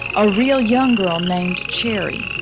a real young girl named cherry.